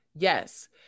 Yes